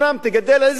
תגדל עזים,